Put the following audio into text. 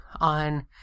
on